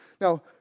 now